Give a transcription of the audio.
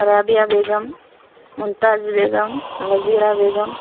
Rabia Begum Mumtaz Begum Wazira Begum